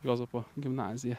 juozapo gimnaziją